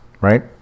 right